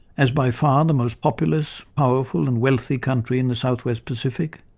as by far and the most populous, powerful and wealthy country in the south west pacific,